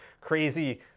crazy